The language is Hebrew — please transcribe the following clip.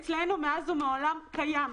אבל אצלנו מאז ומעולם זה קיים.